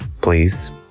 Please